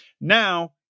now